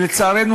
לצערנו,